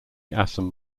assam